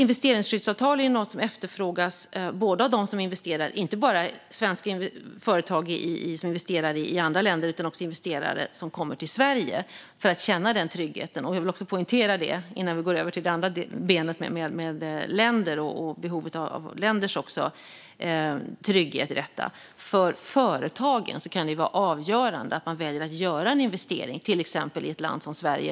Investeringsskyddsavtal är något som efterfrågas inte bara av svenska företag som investerar i andra länder utan också av investerare som kommer till Sverige, för att känna den tryggheten. Jag vill också poängtera, innan vi går över till det andra benet med behovet av länders trygghet i detta, att det för företagen kan vara avgörande för att de väljer att göra en investering till exempel i ett land som Sverige.